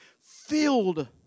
filled